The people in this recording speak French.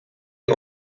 est